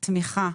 זאת תמיכה.